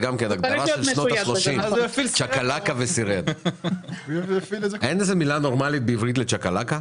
אין מילה נורמלית בעברית לצ'קלאקה?